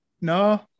No